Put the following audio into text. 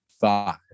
five